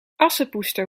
assepoester